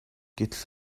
гэтэл